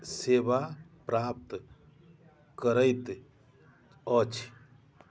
सेवा प्राप्त करैत अछि